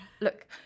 Look